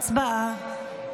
הצבעה.